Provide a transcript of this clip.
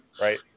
right